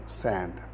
sand